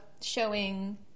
showing